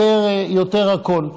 יותר הכול.